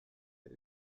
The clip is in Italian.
del